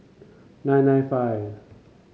nine nine five